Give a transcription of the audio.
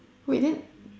wait then